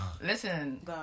Listen